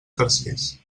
tercers